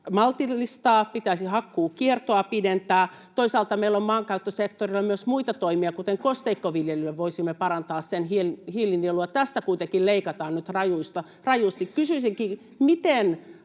maltillistaa, pitäisi hakkuukiertoa pidentää. Toisaalta meillä on maankäyttösektorilla myös muita toimia, kuten kosteikkoviljely, joilla voisimme parantaa sen hiilinielua. Tästä kuitenkin leikataan nyt rajusti. Kysyisinkin: miten